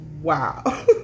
Wow